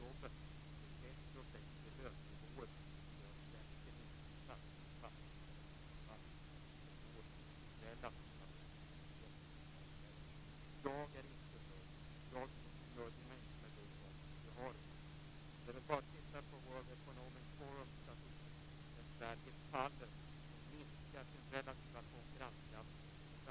Man säger: Vi måste tyvärr konstatera att regeringens proposition inte tar till vara de resultat och erfarenheter som FINSAM visar.